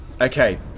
okay